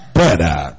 better